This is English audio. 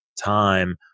time